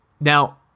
Now